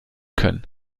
können